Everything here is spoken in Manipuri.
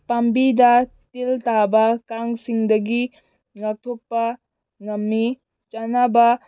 ꯄꯥꯝꯕꯤꯗ ꯇꯤꯟ ꯇꯥꯕ ꯀꯥꯡꯁꯤꯡꯗꯒꯤ ꯉꯥꯛꯊꯣꯛꯄ ꯉꯝꯃꯤ ꯆꯥꯟꯅꯕ